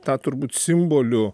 tą turbūt simboliu